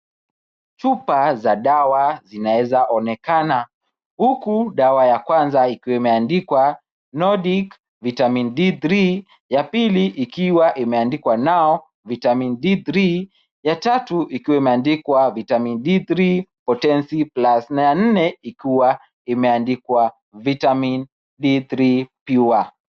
Chupa za dawa zinaweza onekana. Huku dawa ya kwanza ikiwa imeandikwa Nordic vitamin D3 . Ya pili ikiwa imeandikwa now vitamin D3 . Ya tatu, ikiwa imeandikwa vitamin D3 potency plus . Na ya nne ikiwa imeandikwa vitamin D3 pure .